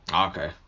Okay